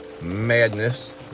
Madness